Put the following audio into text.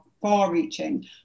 far-reaching